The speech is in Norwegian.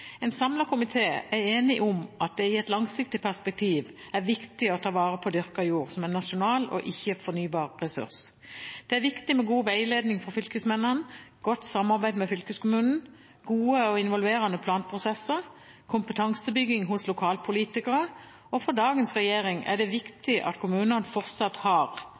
En samlet komité er enig om at det i et langsiktig perspektiv er viktig å ta vare på dyrka jord som en nasjonal og ikke-fornybar ressurs. Det er viktig med god veiledning fra fylkesmennene, godt samarbeid med fylkeskommunene, gode og involverende planprosesser og kompetanseoppbygging hos lokalpolitikere. For dagens regjering er det viktig at kommunene fortsatt har